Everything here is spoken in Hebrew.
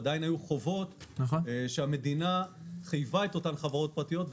עדיין היו חובות שהמדינה חייבה את אותן חברות פרטיות.